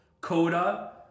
Coda